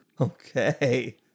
Okay